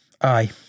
Aye